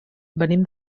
venim